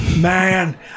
Man